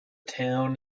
town